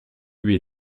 lui